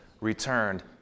returned